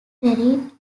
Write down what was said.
buried